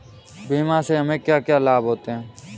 बीमा से हमे क्या क्या लाभ होते हैं?